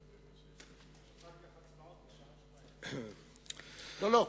אחר כך הצבעות בשעה 14:00. לא, לא.